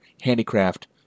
handicraft